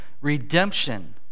redemption